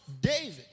David